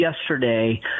yesterday